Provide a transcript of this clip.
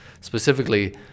specifically